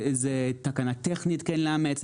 איזו תקנה טכנית כן לאמץ,